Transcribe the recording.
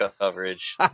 coverage